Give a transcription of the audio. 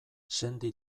sendi